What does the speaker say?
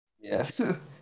Yes